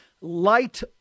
Light